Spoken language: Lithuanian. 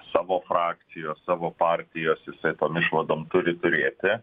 savo frakcijos savo partijos jisai tom išvadom turi turėti